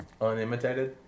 Unimitated